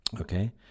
Okay